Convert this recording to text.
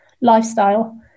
lifestyle